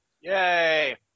Yay